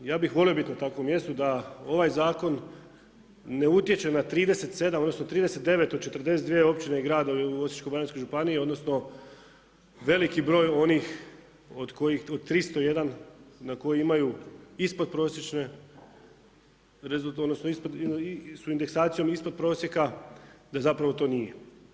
Ja bih volio biti na takvom mjestu da ovaj zakon ne utječe na 37, odnosno 39 od 42 općine i gradovi u Osječko-baranjskoj županiji, odnosno veliki broj onih od kojih, od 301 na koji imaju ispodprosječne, odnosno sa indeksacijom ispod prosjeka, da zapravo to nije.